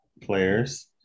players